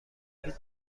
هیچ